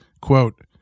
quote